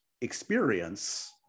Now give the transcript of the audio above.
experience